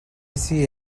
see